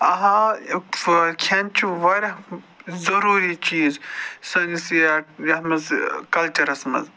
کھیٚن چھُ واریاہ ضروٗری چیٖز سٲنِس یہِ یَتھ منٛز کَلچَرَس منٛز